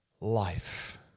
life